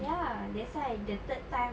ya that's why the third time